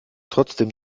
trotzdem